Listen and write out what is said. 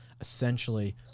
essentially